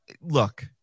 look